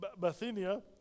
Bithynia